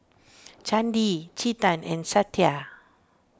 Chandi Chetan and Satya